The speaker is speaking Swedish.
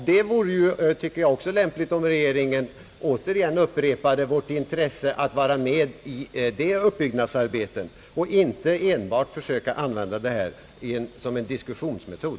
Det vore också lämpligt om regeringen återigen upprepade vårt intresse av att vara med i uppbyggnadsarbetet och inte bara försöka använda detta som en diskussionsmetod.